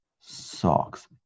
socks